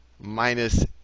minus